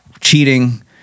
cheating